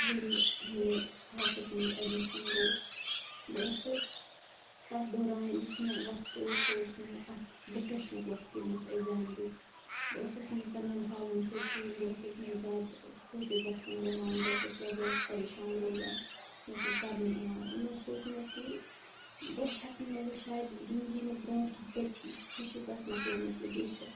ییٚلہِ مےٚ سُکاسٹس منٛز اٮ۪ڈمشن گوٚو بہٕ ٲسٕس تتھ دوران یُس مےٚ وقت اوس سُہ اوس مےٚ اکھ ڈِپرٛیشنُک وقت ییٚلہِ مےٚ سُہ اٮ۪کزام دیُت بہٕ ٲسٕس نہٕ پننیٚن حالن سۭتۍ کہیٖنۍ بہٕ ٲسٕس نہٕ زیادٕ کٲنٛسہِ سۭتۍ وۄتھان بیٚہوان بہٕ ٲسٕس واریاہ پریشان روزان مےٚ اوس نہٕ پرنہٕ یِوان مےٚ اوس سوٗنچمُت کہِ بہٕ ہیٚکہٕ نہٕ ؤنۍ شاید زنٛدگی منٛز برٛونٛٹھ کینٛہہ کٔرۍ تھی مےٚ سُہ بس مۄکلیومُت یُتی چھُ